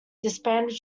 disbanded